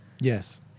Yes